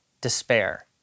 despair